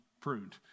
pruned